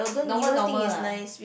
normal normal lah